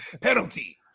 Penalty